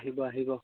আহিব আহিব